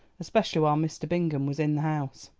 especially while mr. bingham was in the house.